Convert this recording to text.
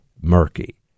murky